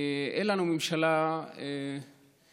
אין לנו ממשלה שמכהנת